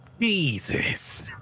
Jesus